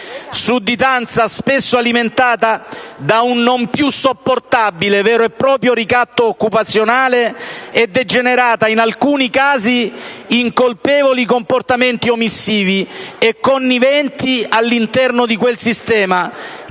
sudditanza spesso alimentata da un non più sopportabile vero e proprio ricatto occupazionale e degenerata, in alcuni casi, in colpevoli comportamenti omissivi e conniventi all'interno di quel sistema